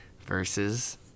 versus